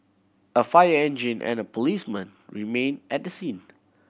a fire engine and a policeman remained at the scene